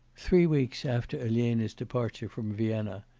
three weeks after elena's departure from vienna,